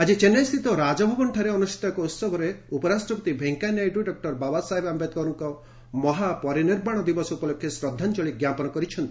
ଆଜି ଚେନ୍ନାଇସ୍ଥିତ ରାଜଭବନଠାରେ ଅନୁଷ୍ଠିତ ଏକ ଉହବରେ ଉପରାଷ୍ଟ୍ରପତି ଭେଙ୍କିୟା ନାଇଡୁ ଡକ୍ଟର ବାବାସାହେବ ଆମ୍ପେଦ୍କରଙ୍କ ମହାପରିନିର୍ବାଣ ଦିବସ ଉପଲକ୍ଷେ ଶ୍ରଦ୍ଧାଞ୍ଚଳି ଜ୍ଞାପନ କରିଛନ୍ତି